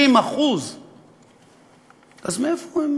60%. אז איפה הם